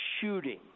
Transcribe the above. shooting